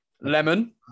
lemon